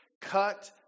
Cut